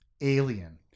alien